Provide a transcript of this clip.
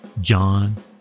John